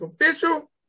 official